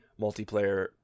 multiplayer